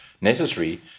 necessary